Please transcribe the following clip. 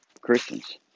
Christians